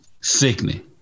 Sickening